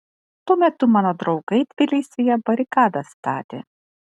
tuo metu mano draugai tbilisyje barikadas statė